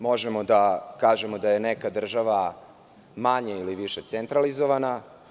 Možemo da kažemo da je neka država manje ili više centralizovana.